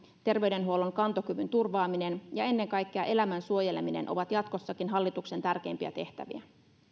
terveydenhuollon kantokyvyn turvaaminen ja ennen kaikkea elämän suojeleminen ovat jatkossakin hallituksen tärkeimpiä tehtäviä